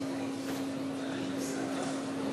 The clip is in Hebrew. אריאל.